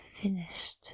finished